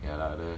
yeah lah the